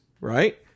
right